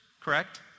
correct